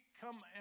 come